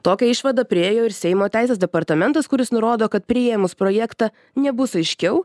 tokią išvadą priėjo ir seimo teisės departamentas kuris nurodo kad priėmus projektą nebus aiškiau